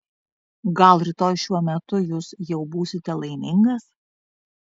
gal rytoj šiuo metu jūs jau būsite laimingas